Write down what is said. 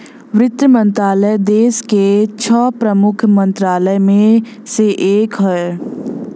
वित्त मंत्रालय देस के छह प्रमुख मंत्रालय में से एक हौ